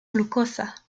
glucosa